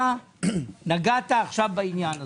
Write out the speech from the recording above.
אתה נגעת עכשיו בעניין הזה.